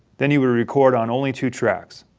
then you would record on only two tracks.